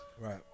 Right